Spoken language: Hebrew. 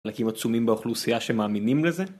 חלקים עצומים באוכלוסייה שמאמינים לזה